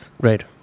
right